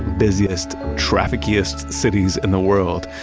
busiest, traffickiest cities in the world,